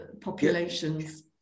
populations